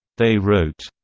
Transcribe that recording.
they wrote,